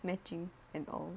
matching and all